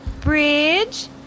Bridge